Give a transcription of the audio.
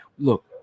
Look